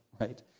right